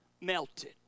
melted